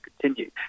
continue